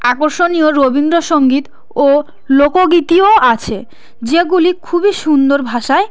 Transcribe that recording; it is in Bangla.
আকর্ষণীয় রবীন্দ্রসঙ্গীত ও লোকগীতিও আছে যেগুলি খুবই সুন্দর ভাষায়